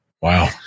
Wow